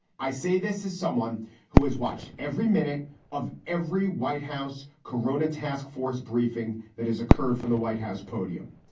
i say this as someone who has watched every minute of every white house corona task force briefing that has occurred from the white house podium.